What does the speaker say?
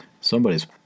somebody's